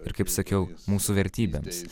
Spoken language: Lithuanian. ir kaip sakiau mūsų vertybėms